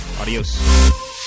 Adios